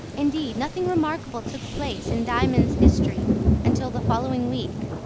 indeed nothing remarkable took place in diamond's history until the following week.